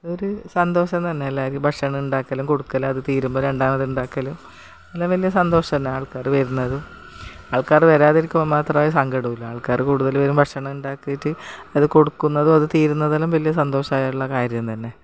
ഒരു സന്തോഷമെന്നു പറഞ്ഞാൽ ഭക്ഷണം ഉണ്ടാക്കലും കൊടുക്കലും അതു തീരുമ്പം രണ്ടാമതുണ്ടാക്കലും പിന്നെ പിന്നെ സന്തോഷമല്ലേ ആൾക്കാർ വരുന്നതും ആൾക്കാർ വരാതിരിക്കുമ്പം മാത്രമേ സങ്കടമെല്ലാം ആൾക്കാർ കൂടുതൽ വരുമ്പോൾ ഭക്ഷണമുണ്ടാക്കിയിട്ട് അതു കൊടുക്കുന്നതും അതു തീരുന്നതും വലിയ സന്തോഷമായാലുള്ള കാര്യം തന്നെ